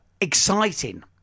exciting